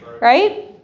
Right